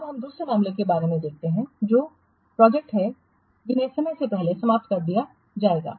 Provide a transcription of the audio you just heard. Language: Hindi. अब हम दूसरे मामले के बारे में देखते हैं जो प्रोजेक्ट है जिन्हें समय से पहले समाप्त कर दिया जाएगा